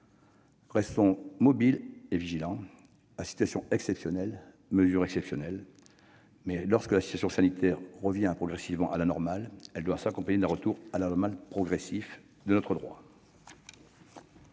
Restons mobilisés et vigilants. À situation exceptionnelle, mesures exceptionnelles, mais, lorsque la situation sanitaire revient progressivement à la normale, cela doit s'accompagner d'un retour progressif à la normale de notre droit.